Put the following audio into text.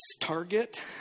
Target